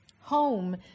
Home